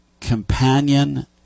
companion